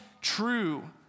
true